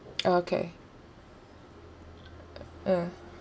oh okay uh